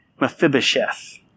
Mephibosheth